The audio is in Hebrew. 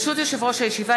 ברשות יושב-ראש הישיבה,